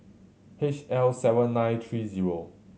H L seven nine three zero